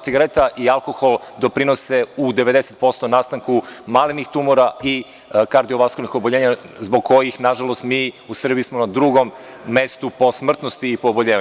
cigareta i alkohol doprinose u 90% nastanku malignih tumora i kardiovaskularnih oboljenja, zbog kojih, nažalost, mi u Srbiji smo na drugom mestu po smrtnosti i po oboljevanju.